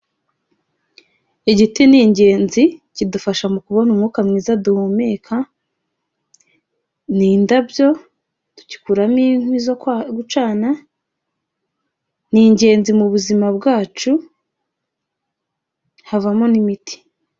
Igiti ni ingenzi kidufasha mu kubona umwuka mwiza duhumeka, ni indabyo, tugikuramo inkwi zo gucana ni ingenzi mu buzima bwacu havamo n'imiti.